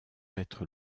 être